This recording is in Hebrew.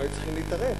הם היו צריכים להתערב.